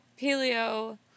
paleo